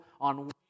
on